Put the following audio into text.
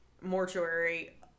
mortuary